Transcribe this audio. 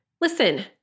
listen